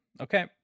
Okay